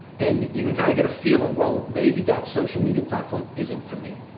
and you can kind of get a feel of, well, maybe that social media platform isn't for me.